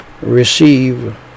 receive